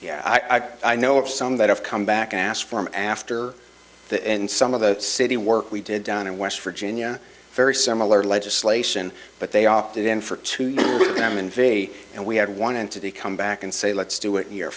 yeah i know of some that have come back and asked for him after that and some of the city work we did done in west virginia very similar legislation but they opted in for to come in v a and we had one entity come back and say let's do it year